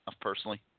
personally